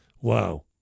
Wow